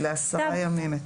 אז לעשרה ימים.